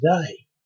today